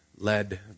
led